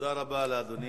תודה רבה לאדוני.